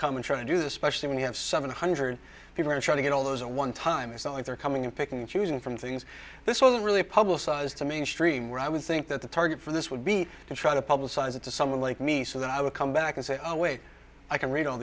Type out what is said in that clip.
come and try to do this specially when you have seven hundred people to try to get all those a one time is selling they're coming in picking and choosing from things this will really publicize to mainstream where i would think that the target for this would be to try to publicize it to someone like me so that i would come back and say oh wait i can read all